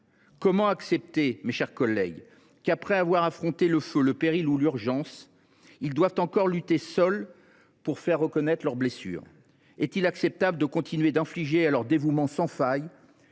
Comment accepter, mes chers collègues, qu’après avoir affronté le feu, le péril ou l’urgence, ils doivent encore lutter seuls pour faire reconnaître leurs blessures ? Est il acceptable de continuer d’infliger à leur dévouement sans faille